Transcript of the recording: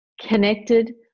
connected